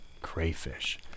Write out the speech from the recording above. crayfish